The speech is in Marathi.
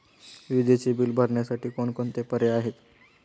विजेचे बिल भरण्यासाठी कोणकोणते पर्याय आहेत?